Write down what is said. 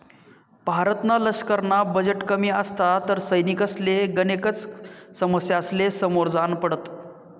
भारतना लशकरना बजेट कमी असता तर सैनिकसले गनेकच समस्यासले समोर जान पडत